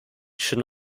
should